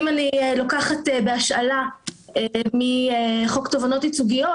אם אני לוקחת בהשאלה מחוק תובנות ייצוגיות,